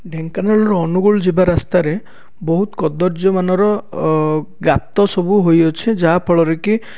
ଢେଙ୍କାନାଳରୁ ଅନୁଗୁଳ ଯିବା ରାସ୍ତାରେ ବହୁତ କଦର୍ଯ୍ୟ ମାନର ଗାତ ସବୁ ହୋଇଅଛି ଯାହା ଫଳରେ କି